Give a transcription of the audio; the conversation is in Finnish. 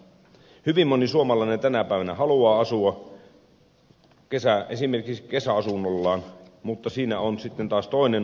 hyvin moni suomalainen tänä päivänä haluaa asua esimerkiksi kesäasunnollaan mutta siinä on sitten taas toinen ongelma